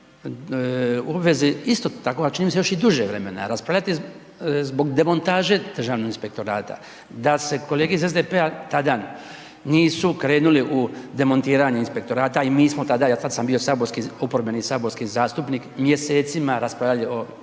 u obvezi isto tako, čini mi se još i duže vremena raspravljati zbog demontaže Državnog inspektorata, da se kolege iz SDP-a tada nisu krenuli u demontiranje inspektorata i mi smo tada, ja tad sam bio saborski, oporbeni saborski zastupnik mjesecima raspravljao o tim svim zakonima,